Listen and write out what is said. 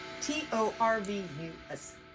T-O-R-V-U-S